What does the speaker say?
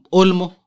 Olmo